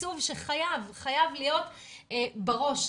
התקצוב שחייב להיות בראש.